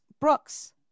brooks